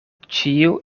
ĉiu